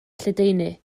lledaenu